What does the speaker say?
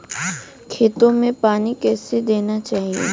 खेतों में पानी कैसे देना चाहिए?